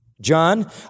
John